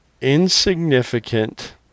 insignificant